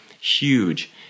huge